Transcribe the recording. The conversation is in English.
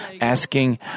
asking